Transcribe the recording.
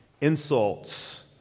Insults